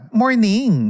morning